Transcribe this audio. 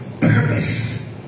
purpose